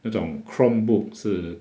那种 chromebook 是